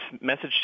message